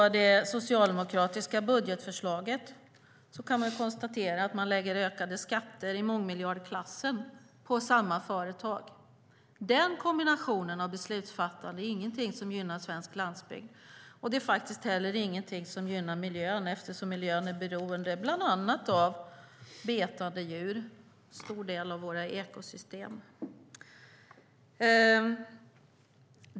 I det socialdemokratiska budgetförslaget lägger man ökade skatter i mångmiljardklassen på samma företag. Den kombinationen av beslutsfattande är ingenting som gynnar svensk landsbygd. Det är faktiskt inte heller någonting som gynnar miljön, eftersom miljön är beroende bland annat av betande djur i stor del av vårt ekosystem.